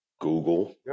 Google